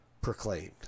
proclaimed